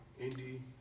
Indy